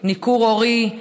ניכור הורי,